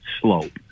slope